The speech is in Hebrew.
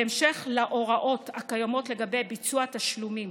בהמשך להוראות הקיימות לגבי ביצוע התשלומים